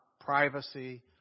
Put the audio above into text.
privacy